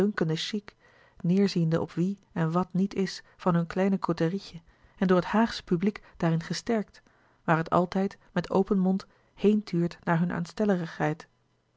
chic neêrziende op wie en wat niet is van hun kleine côterietje en door het louis couperus de boeken der kleine zielen haagsche publiek daarin gesterkt waar het altijd met open mond heentuurt naar hunne